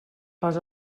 fas